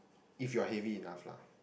if you're heavy enough lah